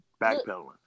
backpedaling